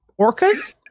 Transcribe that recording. orcas